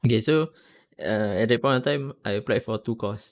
okay so err at that point of time I applied for two course